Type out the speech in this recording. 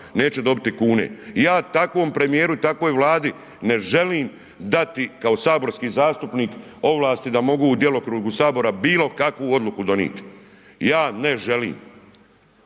neće dobiti kune. Ja takvom premijeru i takvoj Vladi ne želim dati kao saborski zastupnik ovlasti da mogu u djelokrugu sabora bilo kakvu odluku donit, ja ne želim.